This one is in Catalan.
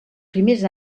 primers